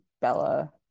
Bella